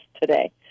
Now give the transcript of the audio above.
today